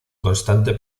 constante